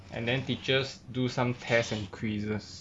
and then teachers do some test and quizzes